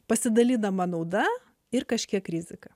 pasidalydama nauda ir kažkiek rizika